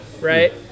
right